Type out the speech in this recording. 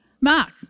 Mark